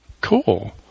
Cool